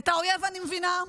את האויב אני מבינה,